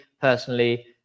personally